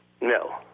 No